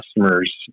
customers